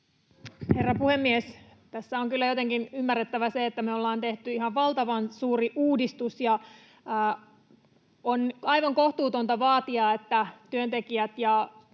Herra puhemies! Tässä on kyllä jotenkin ymmärrettävä se, että me ollaan tehty ihan valtavan suuri uudistus, ja on aivan kohtuutonta vaatia, että työntekijät ja